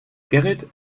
gerrit